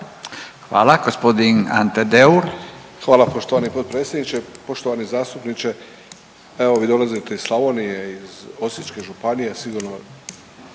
Deur. **Deur, Ante (HDZ)** Hvala poštovani potpredsjedniče. Poštovani zastupniče, evo vi dolazite iz Slavonije, iz Osječke županije i sigurno